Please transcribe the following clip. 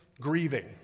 grieving